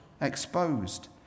exposed